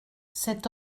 cet